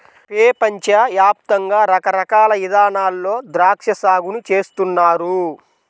పెపంచ యాప్తంగా రకరకాల ఇదానాల్లో ద్రాక్షా సాగుని చేస్తున్నారు